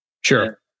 Sure